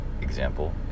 example